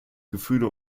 gefühle